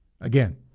again